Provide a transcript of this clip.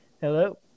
Hello